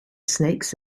snakes